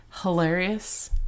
hilarious